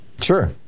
Sure